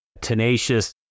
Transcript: tenacious